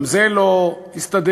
גם זה לא הסתדר.